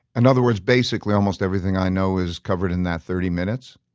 and other words, basically almost everything i know is covered in that thirty minutes,